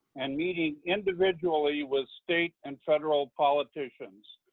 and meeting individually with state and federal politicians.